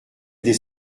des